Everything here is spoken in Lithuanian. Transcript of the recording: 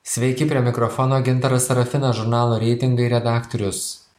sveiki prie mikrofono gintaras sarafinas žurnalo reitingai redaktorius